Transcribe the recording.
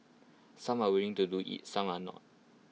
some are willing to do IT some are not